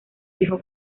fijo